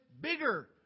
bigger